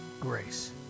grace